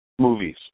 Movies